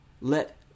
Let